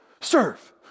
Serve